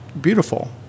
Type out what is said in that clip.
beautiful